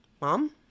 Mom